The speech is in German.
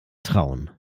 trauen